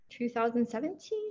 2017